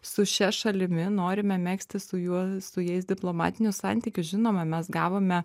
su šia šalimi norime megzti su juo su jais diplomatinius santykius žinoma mes gavome